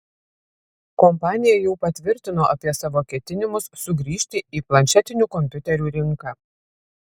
kompanija jau patvirtino apie savo ketinimus sugrįžti į planšetinių kompiuterių rinką